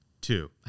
two